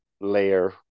layer